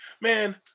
man